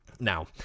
Now